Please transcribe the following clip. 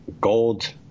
gold